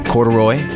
Corduroy